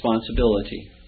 responsibility